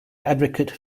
advocate